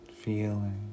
feeling